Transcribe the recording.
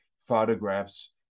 photographs